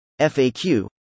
FAQ